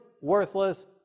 worthless